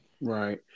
Right